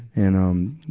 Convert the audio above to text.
and, um,